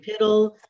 Piddle